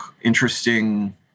interesting